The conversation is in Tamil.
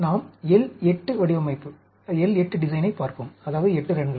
நாம் L 8 வடிவமைப்பைப் பார்ப்போம் அதாவது 8 ரன்கள்